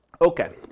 Okay